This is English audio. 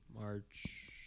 March